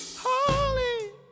Holy